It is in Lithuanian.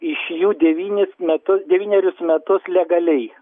iš jų devynis metus devynerius metus legaliai